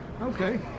Okay